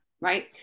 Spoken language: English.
right